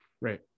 Right